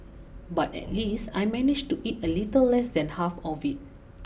but at least I managed to eat a little less than half of it